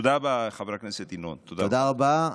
תודה רבה,